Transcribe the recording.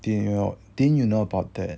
didn't you know didn't you know about that